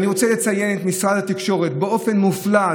אני רוצה לציין את משרד התקשורת: באופן מופלא,